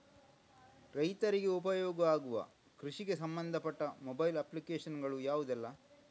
ರೈತರಿಗೆ ಉಪಯೋಗ ಆಗುವ ಕೃಷಿಗೆ ಸಂಬಂಧಪಟ್ಟ ಮೊಬೈಲ್ ಅಪ್ಲಿಕೇಶನ್ ಗಳು ಯಾವುದೆಲ್ಲ?